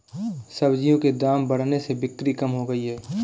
सब्जियों के दाम बढ़ने से बिक्री कम हो गयी है